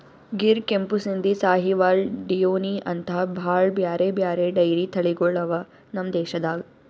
ಗಿರ್, ಕೆಂಪು ಸಿಂಧಿ, ಸಾಹಿವಾಲ್, ಡಿಯೋನಿ ಅಂಥಾ ಭಾಳ್ ಬ್ಯಾರೆ ಬ್ಯಾರೆ ಡೈರಿ ತಳಿಗೊಳ್ ಅವಾ ನಮ್ ದೇಶದಾಗ್